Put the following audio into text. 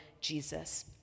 Jesus